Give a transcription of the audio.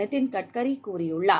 நிதின் கட்கரி கூறியுள்ளார்